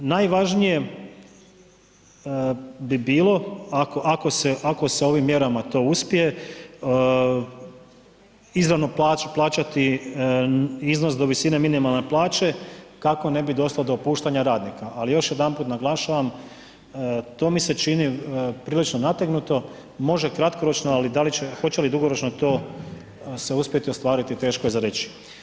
Najvažnije bi bilo ako se ovim mjerama to uspije, izravno plaćati iznos do visine minimalne plaće kako ne bi došlo do otpuštanja radnika ali još jedanput naglašavam, to mi se činio prilično nategnuto, može kratkoročno ali hoće li dugoročno to se uspjeti ostvariti, teško je za reći.